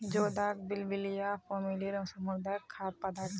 जोदाक बिब्लिया फॅमिलीर समुद्री खाद्य पदार्थ छे